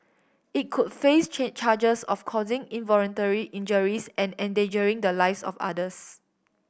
it could face charges of causing involuntary injuries and endangering the lives of others